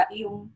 yung